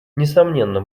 несомненно